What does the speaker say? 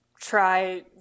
try